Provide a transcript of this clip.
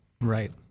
Right